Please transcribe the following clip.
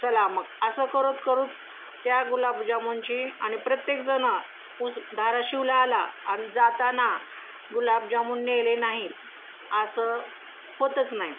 चला मग असं करत करू त्या गुलाबजामुनची आणि प्रत्येकजणं उस धाराशिवला आला आणि जाताना गुलाबजामुन नेले नाही आसं होतच नाही